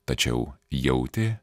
tačiau jautė